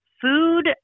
food